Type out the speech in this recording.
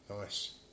Nice